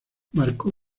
marcó